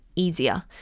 easier